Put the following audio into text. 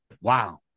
Wow